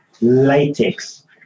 latex